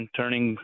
turning